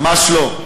ממש לא.